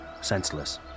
senseless